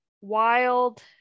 Wild